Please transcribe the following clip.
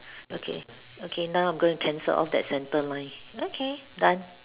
okay okay now I'm gonna cancel off that center line okay done